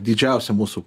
didžiausia mūsų